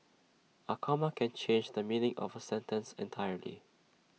A comma can change the meaning of A sentence entirely